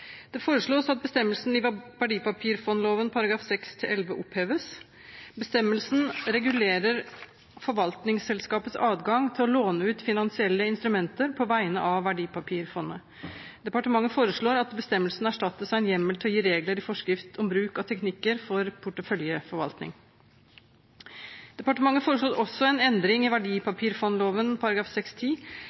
Det foreslås at bestemmelsen i verdipapirfondloven § 6-11 oppheves. Bestemmelsen regulerer forvaltningsselskapets adgang til å låne ut finansielle instrumenter på vegne av verdipapirfondet. Departementet foreslår at bestemmelsen erstattes av en hjemmel til å gi regler i forskrift om bruk av teknikker for porteføljeforvaltning. Departementet foreslår også en endring i verdipapirfondloven